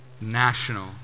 national